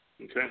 Okay